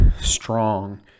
strong